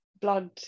blood